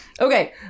Okay